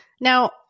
Now